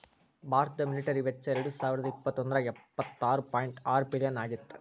ಭಾರತದ ಮಿಲಿಟರಿ ವೆಚ್ಚ ಎರಡಸಾವಿರದ ಇಪ್ಪತ್ತೊಂದ್ರಾಗ ಎಪ್ಪತ್ತಾರ ಪಾಯಿಂಟ್ ಆರ ಬಿಲಿಯನ್ ಆಗಿತ್ತ